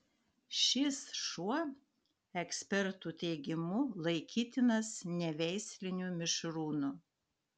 šis šuo ekspertų teigimu laikytinas neveisliniu mišrūnu